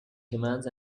commands